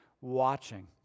watching